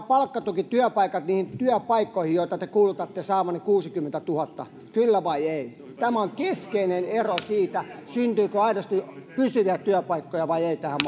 palkkatukityöpaikat niihin työpaikkoihin joita te kuulutatte saavanne kuusikymmentätuhatta kyllä vai ei näillä on keskeinen ero siinä syntyykö aidosti pysyviä työpaikkoja vai ei tähän